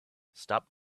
stop